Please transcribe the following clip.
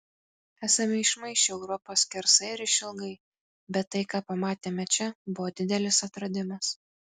esame išmaišę europą skersai ir išilgai bet tai ką pamatėme čia buvo didelis atradimas